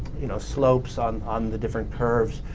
you know, slopes on on the different curves.